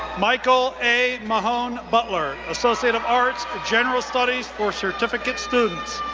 michael a. mahone-butler, associate of arts, general studies for certificate students,